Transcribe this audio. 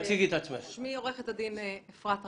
שמי עורכת דין אפרת רייטן,